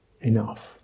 enough